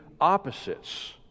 opposites